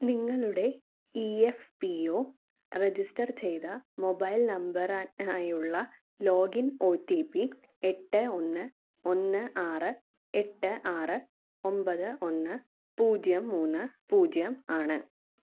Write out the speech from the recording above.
നിങ്ങളുടെ E F P O register ചെയ്ത mobile നമ്പറനായുള്ള ലോഗിൻ ഒ ടി പി എട്ട് ഒന്ന് ഒന്ന് ആറ് എട്ട് ആറ് ഒൻപത് ഒന്ന് പൂജ്യം മൂന്ന് പൂജ്യം ആണ്